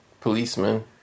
policeman